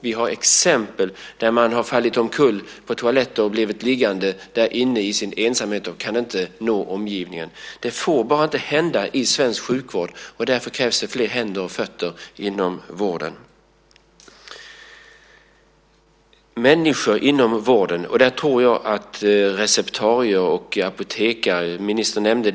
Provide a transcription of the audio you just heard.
Vi har exempel på att personer fallit omkull på toaletten och blivit liggande där utan att kunna nå omgivningen. Det får bara inte hända inom svensk sjukvård. Därför krävs det fler händer och fötter inom vården. Det handlar om människor inom vården. Ministern nämnde i förbifarten receptarier och apotekare.